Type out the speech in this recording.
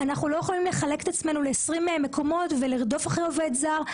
אנחנו לא יכולים לחלק את עצמנו ל-20 מקומות ולרדוף אחרי עובד זר.